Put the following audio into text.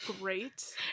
great